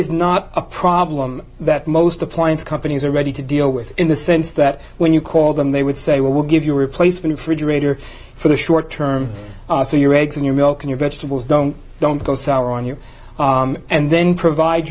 is not a problem that most appliance companies are ready to deal with in the sense that when you call them they would say well we'll give you a replacement fridge rater for the short term so your eggs and your milk and your vegetables don't don't go sour on you and then provide